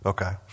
Okay